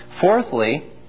Fourthly